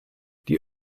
die